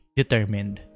determined